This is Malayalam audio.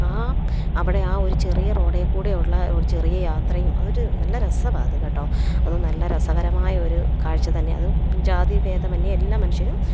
ആ അവിടെ ആ ഒരു ചെറിയ റോഡേ കൂടെയുള്ള ഒരു ചെറിയ യാത്രയും അതൊരു നല്ല രസമാണ് അത് കേട്ടോ അത് നല്ല രസകരമായ ഒരു കാഴ്ച തന്നെയാണ് അത് ജാതി ഭേദമന്യേ എല്ലാ മനുഷ്യരും